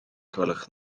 gwelwch